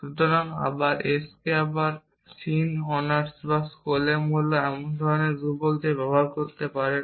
সুতরাং s k আবার sin honors বা স্কোলেম হল আপনি যে কোনো ধ্রুবক ব্যবহার করতে পারতেন